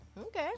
Okay